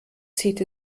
zieht